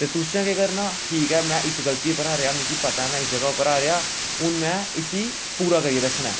ते तुसें केह् करना ठीक ऐ में इस गल्ती उप्पर हारेआ मिगी पता ऐ में इस जगह उप्पर हारेआ हून में इसी पूरा करियै दस्सना ऐ